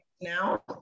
now